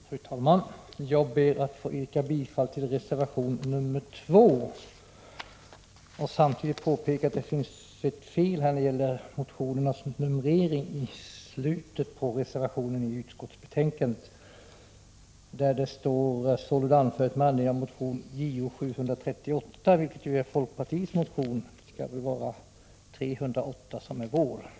Fru talman! Jag ber att få yrka bifall till reservation 2 och samtidigt påpeka att det finns ett fel i vad gäller motionernas numrering i slutet av reservationen i utskottsbetänkandet där det står motion Jo738, som är folkpartiets motion. Det skall vara Jo308 som är vår motion.